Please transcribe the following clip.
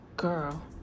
Girl